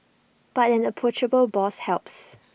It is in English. but an approachable boss helps